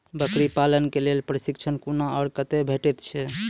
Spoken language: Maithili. बकरी पालन के लेल प्रशिक्षण कूना आर कते भेटैत छै?